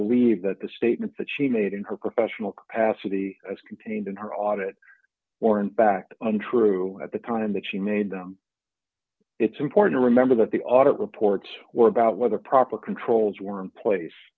believe that the statements that she made in her professional capacity as contained in her audit or in fact untrue at the time that she made them it's important to remember that the audit reports were about whether proper controls were place